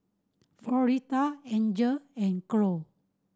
Floretta Angel and Cloyd